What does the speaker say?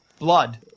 Blood